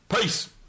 Peace